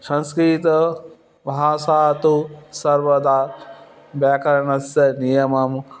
संस्कृतभाषा तु सर्वदा व्याकरणस्य नियमं